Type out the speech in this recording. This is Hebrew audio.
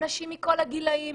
מאנשים מכל הגילאים,